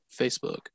Facebook